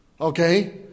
okay